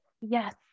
Yes